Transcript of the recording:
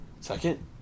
Second